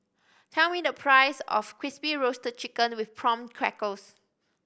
tell me the price of Crispy Roasted Chicken with Prawn Crackers